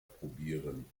probieren